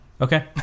Okay